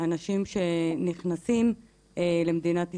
אנשים שנכנסים למדינת ישראל,